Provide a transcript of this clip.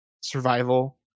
survival